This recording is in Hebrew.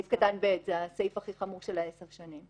סעיף קטן (ב) זה הסעיף הכי חמור של העשר שנים.